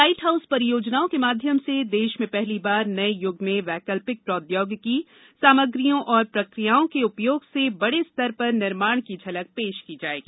light house परियोजनाओं के माध्यम से देश में पहली बार नये यूग में वैकल्पिक प्रौद्योगिकी सामग्रियों और प्रक्रियाओं के उपयोग से बडे स्तर पर निर्माण की झलक पेश की जायेगी